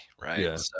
right